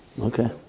Okay